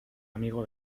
amigo